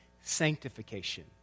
sanctification